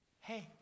hey